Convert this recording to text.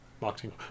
marketing